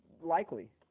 likely